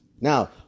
Now